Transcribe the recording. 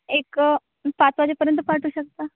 एक पाच वाजेपर्यंत पाठवू शकता